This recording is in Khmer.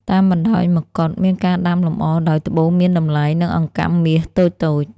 តាមបណ្តោយមកុដ មានការដាំលម្អដោយត្បូងមានតម្លៃ និងអង្កាំមាសតូចៗ។